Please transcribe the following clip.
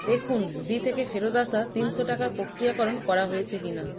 দেখুন জি থেকে ফেরত আসা তিনশো টাকার প্রক্রিয়াকরণ করা হয়েছে কি না